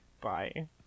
Bye